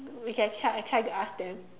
we can try try to ask them